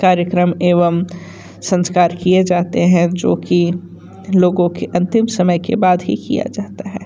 कार्यक्रम एवं संस्कार किए जाते हैं जो कि लोगों के अंतिम समय के बाद ही किया जाता है